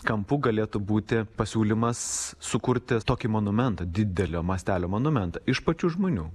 kampų galėtų būti pasiūlymas sukurti tokį monumentą didelio mastelio monumentą iš pačių žmonių